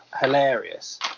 hilarious